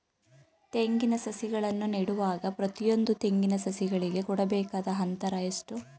ತೆಂಗಿನ ಸಸಿಗಳನ್ನು ನೆಡುವಾಗ ಪ್ರತಿಯೊಂದು ತೆಂಗಿನ ಸಸಿಗಳಿಗೆ ಕೊಡಬೇಕಾದ ಅಂತರ ಎಷ್ಟು?